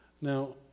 Now